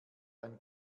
ein